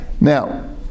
Now